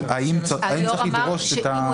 האם צריך לדרוש את הטעמים המיוחדים האלה.